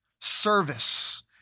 service